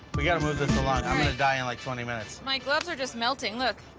we gotta move this along. i'm going to die in, like, twenty minutes. my gloves are just melting. look.